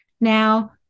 now